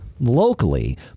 locally